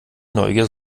neugier